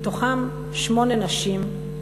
מתוכם שמונה נשים.